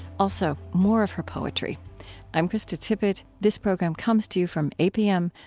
also, more of her poetry i'm krista tippett. this program comes to you from apm,